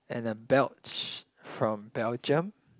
and a belch from Belgium